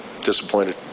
disappointed